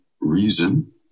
reason